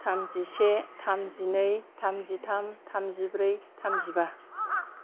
थामजिसे थामजिनै थामजिथाम थामजिब्रै थामजिबा